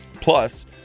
Plus